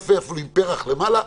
יפה ואפילו עם פרח למעלה,